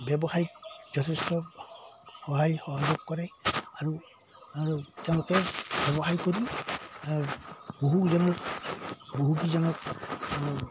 ব্যৱসায়িক যথেষ্ট সহায় সহযোগ কৰে আৰু আৰু তেওঁলোকে ব্যৱসায় কৰি বহুকেইজনক বহুকেইজনক